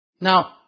Now